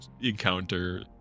encounter